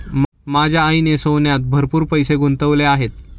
माझ्या आईने सोन्यात भरपूर पैसे गुंतवले आहेत